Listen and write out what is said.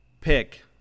pick